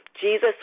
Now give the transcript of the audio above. Jesus